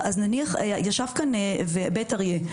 ישב כאן ראש מועצת בית אריה.